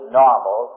normal